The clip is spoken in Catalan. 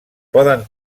poden